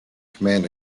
command